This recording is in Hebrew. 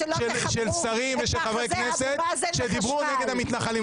שרים ושל חברי כנסת שדיברו נגד המתנחלים.